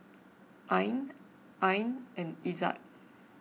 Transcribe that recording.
Ain Ain and Izzat